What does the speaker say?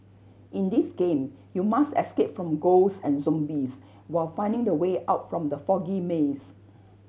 in this game you must escape from ghosts and zombies while finding the way out from the foggy maze